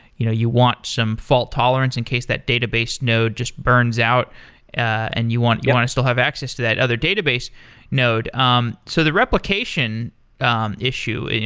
you know you want some fault tolerance incase that database node just burns out and you want you want to still have access to that other database node. um so the replication um issue,